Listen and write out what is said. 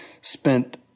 spent